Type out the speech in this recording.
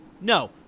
No